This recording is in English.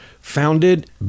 founded